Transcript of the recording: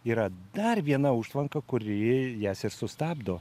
yra dar viena užtvanka kuri jas ir sustabdo